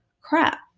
Crap